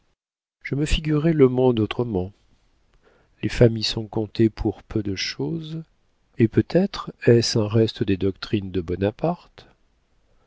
je me figurais le monde autrement les femmes y sont comptées pour peu de chose et peut-être est-ce un reste des doctrines de bonaparte